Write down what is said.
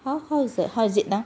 how how is that how is it now